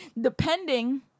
depending